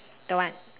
don't want